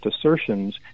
assertions